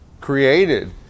Created